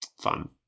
fun